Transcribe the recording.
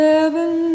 Seven